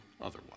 otherwise